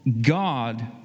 God